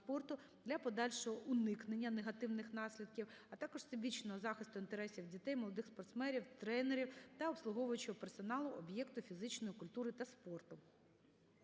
для подальшого уникнення негативних наслідків, а також всебічного захисту інтересів дітей, молодих спортсменів, тренерів та обслуговуючого персоналу об'єкту фізичної культури та спорту.